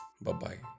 Bye-bye